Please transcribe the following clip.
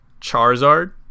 Charizard